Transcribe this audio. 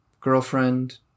girlfriend